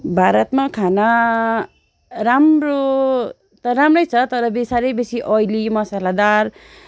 भारतमा खाना राम्रो त राम्रै छ तर साह्रै बेसि ओइली मसालादार